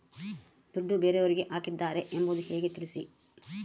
ದುಡ್ಡು ಬೇರೆಯವರಿಗೆ ಹಾಕಿದ್ದಾರೆ ಎಂಬುದು ಹೇಗೆ ತಿಳಿಸಿ?